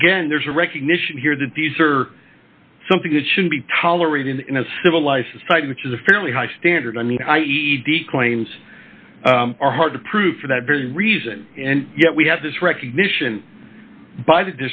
again there's a recognition here that these are something that should be tolerated in a civilized society which is a fairly high standard i mean i e d claims are hard to prove for that very reason and yet we have this recognition by the